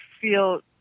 feel